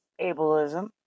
ableism